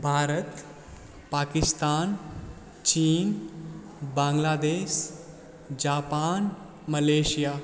भारत पाकिस्तान चीन Bangladesh Japan Malaysia